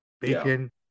bacon